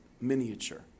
miniature